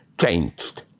changed